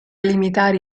limitare